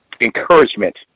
encouragement